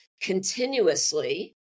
continuously